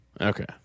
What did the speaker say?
Okay